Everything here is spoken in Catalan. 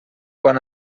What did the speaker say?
quan